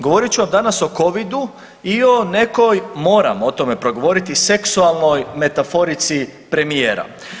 Govorit ću vam danas o covidu i o nekoj, moram o tome progovoriti seksualnoj metaforici premijera.